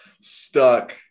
stuck